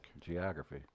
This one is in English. Geography